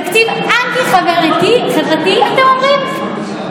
תקציב אנטי-חברתי, אתם אומרים?